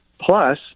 Plus